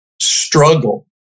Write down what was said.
struggle